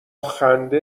خنده